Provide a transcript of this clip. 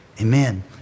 amen